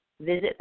visit